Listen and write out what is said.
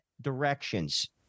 directions